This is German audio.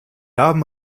haben